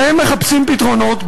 והם מחפשים פתרונות,